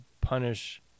punish